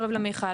למיכל.